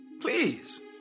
please